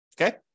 Okay